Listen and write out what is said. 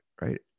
Right